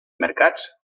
mercats